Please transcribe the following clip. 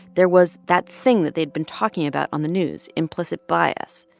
there was that thing that they'd been talking about on the news, implicit bias.